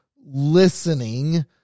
listening